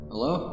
Hello